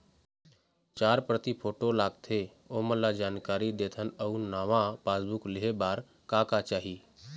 चार प्रति फोटो लगथे ओमन ला जानकारी देथन अऊ नावा पासबुक लेहे बार का का चाही?